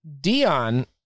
Dion